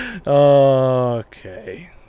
Okay